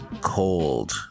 cold